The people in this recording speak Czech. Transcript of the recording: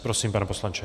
Prosím, pane poslanče.